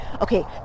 okay